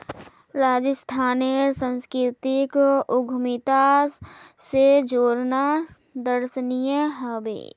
राजस्थानेर संस्कृतिक उद्यमिता स जोड़ना दर्शनीय ह बे